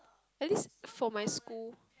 at least for my school